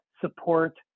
support